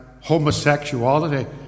homosexuality